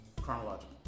Chronological